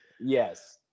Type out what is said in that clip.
Yes